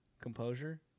composure